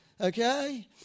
Okay